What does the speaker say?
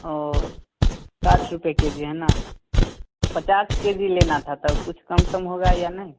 और साठ रुपये के जी है ना पचास के जी लेना था तब कुछ कम सम होगा या नहीं